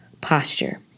posture